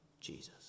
Jesus